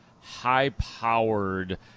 High-powered